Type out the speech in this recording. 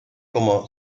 como